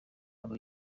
aba